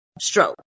stroke